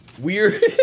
Weird